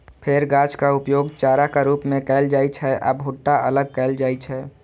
फेर गाछक उपयोग चाराक रूप मे कैल जाइ छै आ भुट्टा अलग कैल जाइ छै